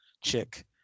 chick